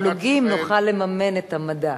מהתמלוגים נוכל לממן את המדע.